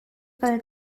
kal